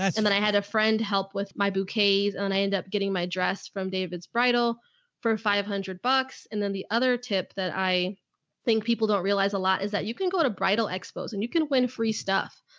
and then i had a friend help with my bouquets, and i ended up getting my dress from david's bridal for five hundred bucks. and then the other tip that i. i think people don't realize a lot is that you can go to bridal expos and you can win free stuff.